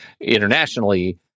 internationally